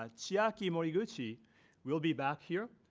ah chiaki moriguchi will be back here.